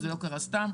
זה לא קרה סתם,